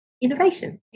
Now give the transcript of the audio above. innovation